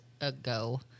ago